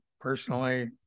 personally